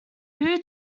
who